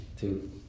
Two